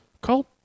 cult